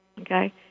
Okay